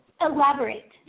elaborate